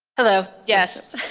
hello, yes,